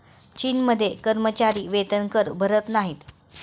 चीनमध्ये कर्मचारी वेतनकर भरत नाहीत